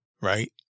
Right